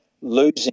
losing